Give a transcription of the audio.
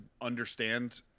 understand